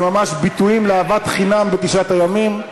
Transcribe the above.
זה ממש ביטויים לאהבת חינם בתשעת הימים.